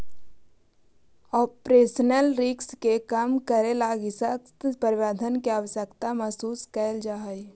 operational risk के कम करे लगी सशक्त प्रबंधन के आवश्यकता महसूस कैल जा हई